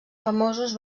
famosos